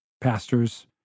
pastors